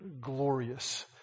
glorious